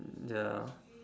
ya